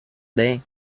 day